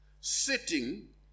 sitting